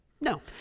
No